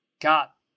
got